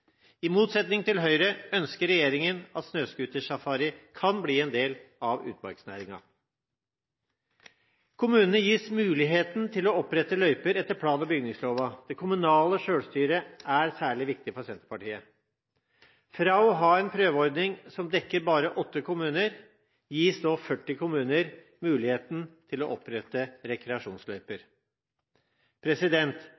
I motsetning til Høyre ønsker regjeringen at snøscootersafari kan bli en del av utfartsnæringen. Kommunene gis muligheten til å opprette løyper etter plan- og bygningsloven. Det kommunale selvstyret er særlig viktig for Senterpartiet. Fra å ha en prøveordning som dekket bare åtte kommuner, gis nå 40 kommuner muligheten til å opprette